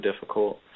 difficult